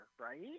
right